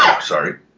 sorry